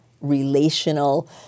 relational